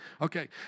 Okay